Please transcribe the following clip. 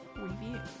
review